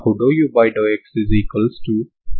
కాబట్టి దీనిని మీరు పరిష్కారం గా కావాలనుకుంటున్నారు